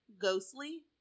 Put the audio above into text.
ghostly